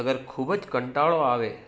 અગર ખૂબ જ કંટાળો આવે